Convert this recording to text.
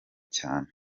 cane